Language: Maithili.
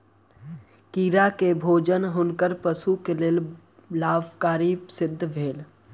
कीड़ा के भोजन हुनकर पशु के लेल लाभकारी सिद्ध भेल